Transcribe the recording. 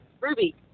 Ruby